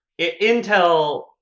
Intel